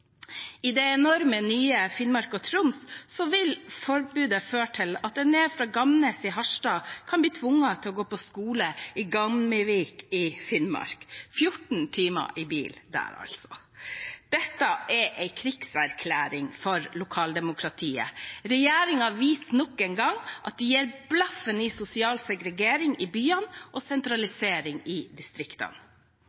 I det enorme nye fylket Troms og Finnmark vil forbudet føre til at en elev fra Gamnes i Harstad kan bli tvunget til å gå på skole i Gamvik i Finnmark – 14 timer unna med bil. Dette er en krigserklæring mot lokaldemokratiet. Regjeringen viser nok en gang at den gir blaffen i sosial segregering i byene og